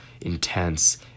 intense